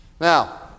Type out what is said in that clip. Now